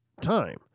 time